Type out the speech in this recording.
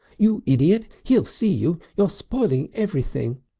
you idiot! he'll see you. you're spoiling everything.